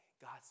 God's